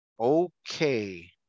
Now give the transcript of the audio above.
okay –